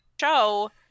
show